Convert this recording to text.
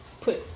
put